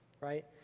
right